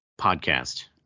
podcast